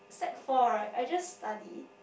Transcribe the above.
like four right I just study